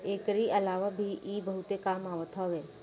एकरी अलावा भी इ बहुते काम आवत हवे